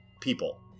people